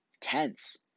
tense